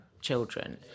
children